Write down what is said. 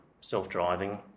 self-driving